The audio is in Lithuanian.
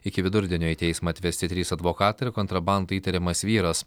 iki vidurdienio į teismą atvesti trys advokatai ir kontrabanda įtariamas vyras